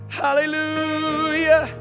hallelujah